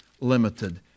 limited